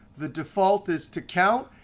the default is to count.